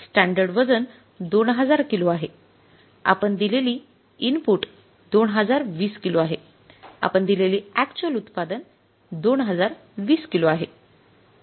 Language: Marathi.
स्टॅंडर्ड वजन २००० किलो आहे आपण दिलेली इनपुट 2020 किलो आहे आपण दिलेली अॅक्च्युअल उत्पादन 2020 किलो आहे